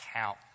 count